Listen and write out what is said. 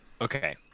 Okay